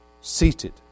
seated